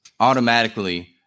automatically